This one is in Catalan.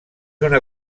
una